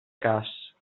cas